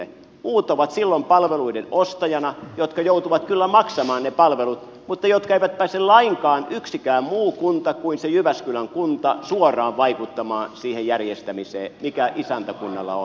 muut ovat silloin palveluiden ostajina jotka joutuvat kyllä maksamaan ne palvelut mutta jotka eivät pääse lainkaan yksikään muu kunta kuin se jyväskylän kunta suoraan vaikuttamaan siihen järjestämiseen mikä isäntäkunnalla on